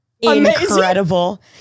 incredible